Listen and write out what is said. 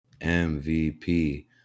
MVP